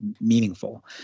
meaningful